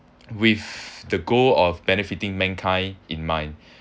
with the goal of benefiting mankind in mind